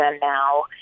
now